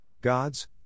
God's